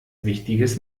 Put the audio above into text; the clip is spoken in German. wichtiges